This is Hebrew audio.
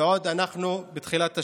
ועוד אנחנו בתחילת השנה.